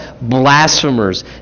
blasphemers